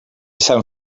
sant